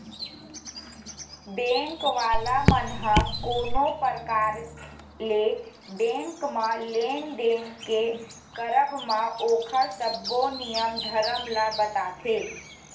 bank वाला मन ह कोनो परकार ले बेंक म लेन देन के करब म ओखर सब्बो नियम धरम ल बताथे